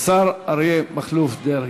השר אריה מכלוף דרעי.